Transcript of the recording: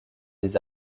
les